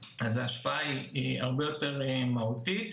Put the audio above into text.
יותר אז ההשפעה הרבה יותר מהותית.